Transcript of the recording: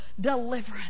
deliverance